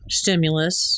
stimulus